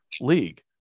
league